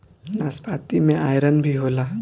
नाशपाती में आयरन भी होला